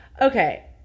Okay